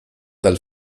dal